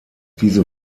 diese